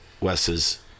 Wes's